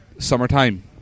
Summertime